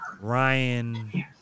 Ryan